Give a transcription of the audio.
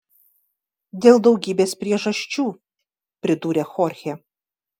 dėl daugybės priežasčių pridūrė chorchė